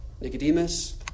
Nicodemus